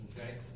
Okay